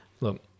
look